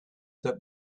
that